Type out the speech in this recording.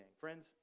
Friends